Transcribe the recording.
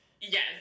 Yes